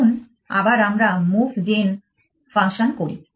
আসুন আবার আমরা মুভ জেন ফাংশন করি